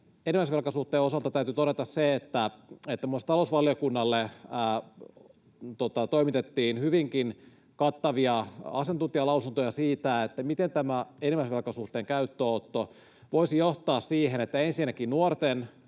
enimmäisvelkasuhteen osalta täytyy todeta se, että myös talousvaliokunnalle toimitettiin hyvinkin kattavia asiantuntijalausuntoja siitä, miten tämä enimmäisvelkasuhteen käyttöönotto voisi johtaa siihen, että ensinnäkin nuorten